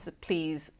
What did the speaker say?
Please